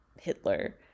hitler